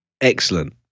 Excellent